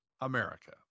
America